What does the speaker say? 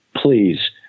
Please